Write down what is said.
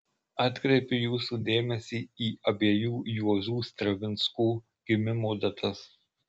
atkreipiu jūsų dėmesį į abiejų juozų stravinskų gimimo datas